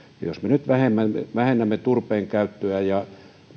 jos me nyt vähennämme turpeen käyttöä ja